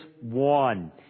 one